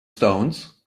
stones